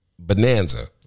Bonanza